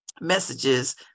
messages